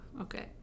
Okay